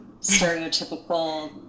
stereotypical